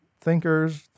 thinkers